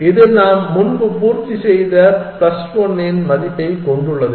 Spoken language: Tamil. இது நாம் முன்பு பூர்த்தி செய்த பிளஸ் 1 இன் மதிப்பைக் கொண்டுள்ளது